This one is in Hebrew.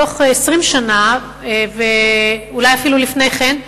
בתוך 20 שנה ואולי אפילו לפני כן,